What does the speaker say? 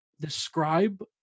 describe